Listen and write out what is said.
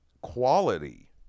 quality